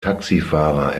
taxifahrer